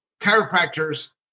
chiropractors